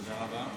תודה רבה.